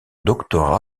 doctorat